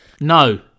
No